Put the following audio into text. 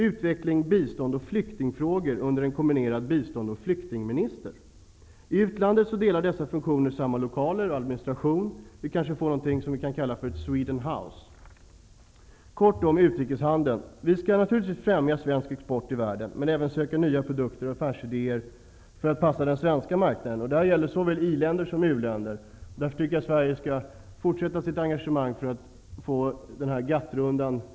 Utveckling flyktingfrågor, som sköts av en kombinerad bistånds och flyktingminister. I utlandet delar dessa funktioner samma lokaler och administration, kanske i vad som skulle kunna kallas ett Sweden House. Vad gäller utrikeshandeln vill jag kort säga att vi naturligtvis skall främja svensk export i världen, men även söka nya produkter och affärside er som kan passa den svenska marknaden. Det gäller såväl i-länder som u-länder. Jag tycker därför att Sverige skall fortsätta sitt engagemang för ett slutförande av GATT-rundan.